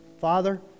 father